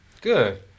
Good